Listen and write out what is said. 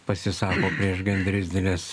pasisako prieš genderisdinės